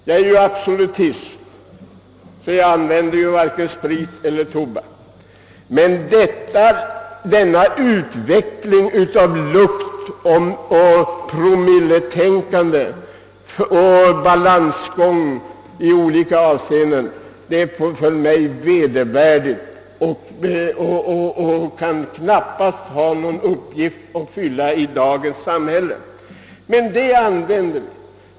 Jag är ju absolutist och använder varken sprit eller tobak, men denna utveckling av, låt mig säga luktoch promilletänkandet och den balansgång som sker i olika avseenden finner jag vedervärdig. Den kan knappast ha någon uppgift att fylla i dagens samhälle.